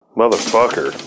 motherfucker